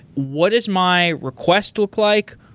what is my request look like?